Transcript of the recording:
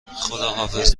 خداحافظ